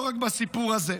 לא רק בסיפור הזה.